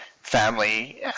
family